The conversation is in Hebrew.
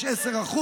יש 10%,